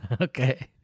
Okay